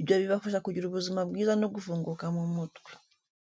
Ibyo bibafasha kugira ubuzima bwiza no gufunguka mu mutwe.